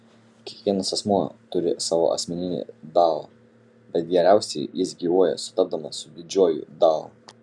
kiekvienas asmuo turi savo asmeninį dao bet geriausiai jis gyvuoja sutapdamas su didžiuoju dao